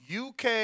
UK